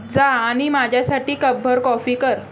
जा आणि माझ्यासाठी कपभर कॉफी कर